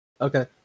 Okay